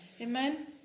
Amen